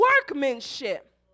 workmanship